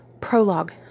Prologue